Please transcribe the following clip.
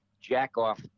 jack-off